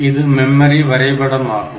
இது மெமரி வரைபடம் ஆகும்